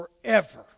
forever